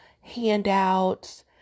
handouts